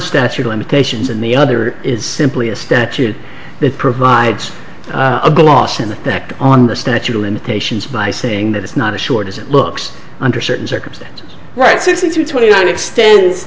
statute limitations and the other is simply a statute that provides a gloss in effect on the statute of limitations by saying that it's not as short as it looks under certain circumstances right so since you twenty nine extends